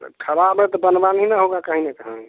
तो ख़राब है तो बनवाना ही ना होगा कहीं ना कहीं